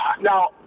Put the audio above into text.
Now